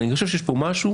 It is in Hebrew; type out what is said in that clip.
אני חושב שיש כאן משהו,